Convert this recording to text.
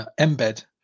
embed